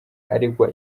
aregwa